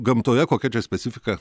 gamtoje kokia čia specifika